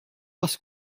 parce